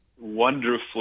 wonderfully